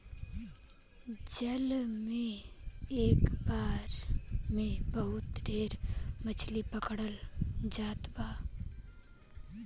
जाल से एक बेर में खूब ढेर मछरी पकड़ल जात बा